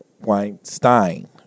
Weinstein